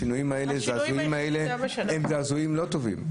השינויים האלה הם זעזועים לא טובים.